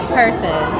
person